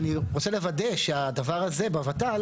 אנחנו קידמנו תמ"א 49